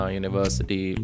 university